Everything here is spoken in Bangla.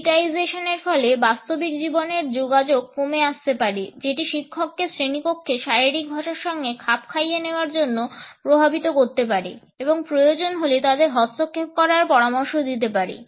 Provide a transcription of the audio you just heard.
ডিজিটাইজেশনের ফলে বাস্তবিক জীবনের যোগাযোগ কমে আসতে পারে যেটি শিক্ষককে শ্রেণিকক্ষে শারীরিক ভাষার সঙ্গে খাপ খাইয়ে নেওয়ার জন্য প্রভাবিত করতে পারে এবং প্রয়োজন হলে তাদের হস্তক্ষেপ করার পরামর্শ দিতে পারে